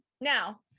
Now